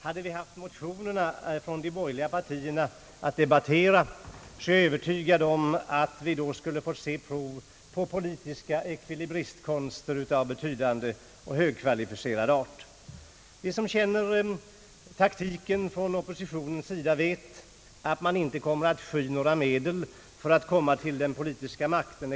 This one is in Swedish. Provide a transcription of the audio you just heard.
Hade vi haft de borgerliga partiernas motioner att debattera så är jag övertygad om att vi skulle fått se prov på politiska ekvilibristkonster av mycket högkvalificerad art. Den som känner oppositionens taktik vet att man inte kommer att sky några medel för att nå den politiska makten.